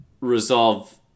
resolve